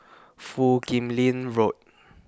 Foo Kim Lin Road